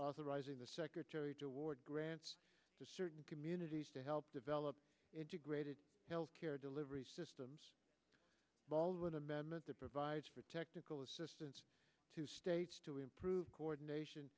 authorizing the secretary to ward grants to certain communities to help develop integrated health care delivery systems baldwin amendment that provides for technical assistance to states to improve coordination